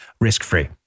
risk-free